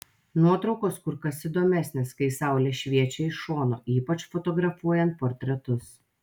nuotraukos kur kas įdomesnės kai saulė šviečia iš šono ypač fotografuojant portretus